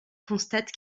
constate